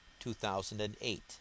2008